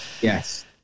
Yes